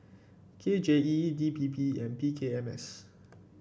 K J E D P P and P K M S